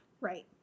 right